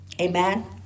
Amen